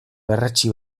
berretsi